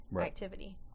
activity